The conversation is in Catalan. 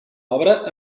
obra